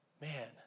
Man